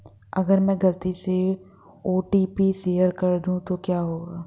अगर मैं गलती से ओ.टी.पी शेयर कर दूं तो क्या होगा?